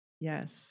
yes